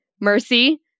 Mercy